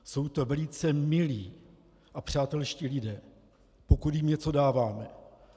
Jsou to velice milí a přátelští lidé, pokud jim něco dáváme.